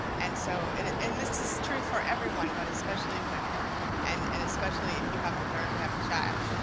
and so it and this is true for everyone, but especially women and and especially if you have the nerve to have a child,